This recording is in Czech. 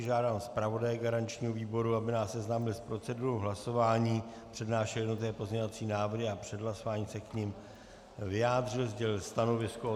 Žádám zpravodaje garančního výboru, aby nás seznámil s procedurou hlasování, přednášel jednotlivé pozměňovací návrhy a před hlasováním se k nim vyjádřil, sdělil stanovisko.